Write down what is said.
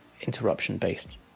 interruption-based